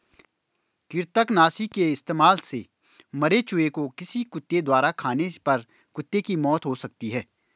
कृतंकनाशी के इस्तेमाल से मरे चूहें को किसी कुत्ते द्वारा खाने पर कुत्ते की मौत हो सकती है